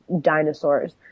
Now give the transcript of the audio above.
dinosaurs